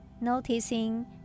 noticing